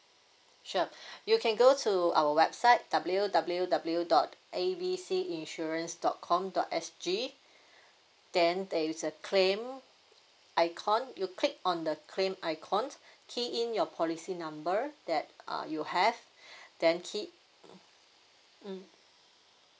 sure you can go to our website W W W dot A B C insurance dot com dot S G then there is a claim icon you click on the claim icon key in your policy number that uh you have then key mm